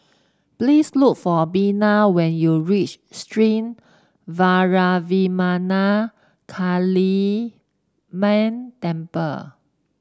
please look for Bina when you reach Sri Vairavimada Kaliamman Temple